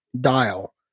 dial